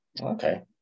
Okay